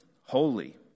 holy